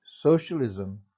Socialism